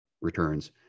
returns